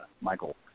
Michael